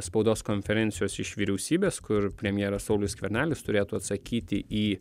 spaudos konferencijos iš vyriausybės kur premjeras saulius skvernelis turėtų atsakyti į